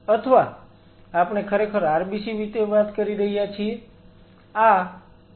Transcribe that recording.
અથવા આપણે ખરેખર RBC વિશે વાત કરી રહ્યા છીએ